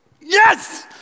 Yes